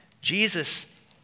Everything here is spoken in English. Jesus